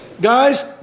guys